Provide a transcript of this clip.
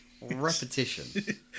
repetition